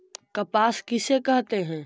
कपास किसे कहते हैं?